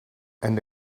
and